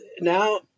now